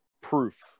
Proof